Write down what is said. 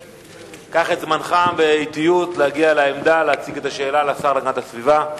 קח את זמנך באטיות להגיע לעמדה ולהציג את השאלה לשר להגנת הסביבה.